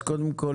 אז קודם כל,